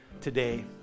today